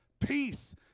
Peace